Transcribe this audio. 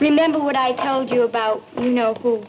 remember what i told you about you know who